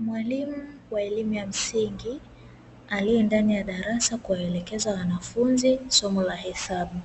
Mwalimu wa elim ya msingi alie ndani ya darasa kuwaelekeza wanafunzi somo la hesabu,